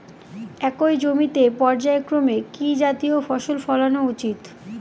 একই জমিতে পর্যায়ক্রমে কি কি জাতীয় ফসল ফলানো উচিৎ?